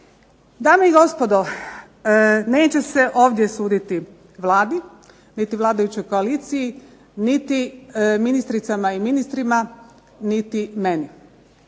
Dame i gospodo, neće se ovdje suditi Vladi niti vladajućoj koaliciji, niti ministricama i ministrima, niti meni.